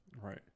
Right